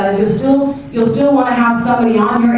you'll still want to have somebody on